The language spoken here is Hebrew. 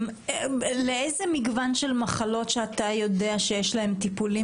איזה מגוון של מחלות שאתה יודע שיש להן טיפולים,